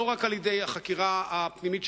לא רק על-ידי החקירה הפנימית,